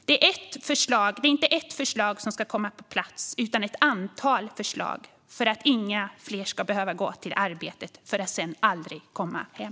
Det är inte ett förslag som ska komma på plats utan ett antal förslag för att inga fler ska behöva gå till arbetet och sedan aldrig komma hem.